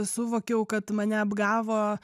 suvokiau kad mane apgavo